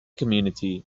community